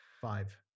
Five